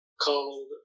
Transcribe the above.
called